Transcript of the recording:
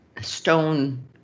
stone